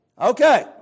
Okay